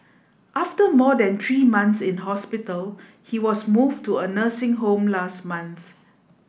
after more than three months in hospital he was moved to a nursing home last month